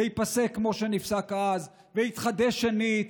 זה ייפסק כמו שנפסק אז ויתחדש שנית,